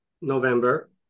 November